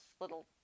little